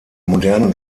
modernen